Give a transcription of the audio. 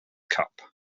cup